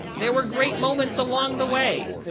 there were great moments along the way.